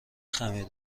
خمیر